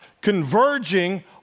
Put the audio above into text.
converging